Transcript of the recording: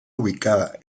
ubicada